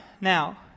Now